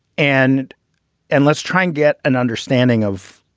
and and let's try and get an understanding of.